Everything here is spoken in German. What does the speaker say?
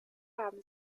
haben